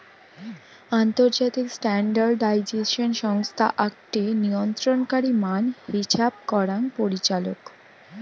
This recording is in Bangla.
আন্তর্জাতিক স্ট্যান্ডার্ডাইজেশন সংস্থা আকটি নিয়ন্ত্রণকারী মান হিছাব করাং পরিচালক